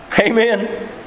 Amen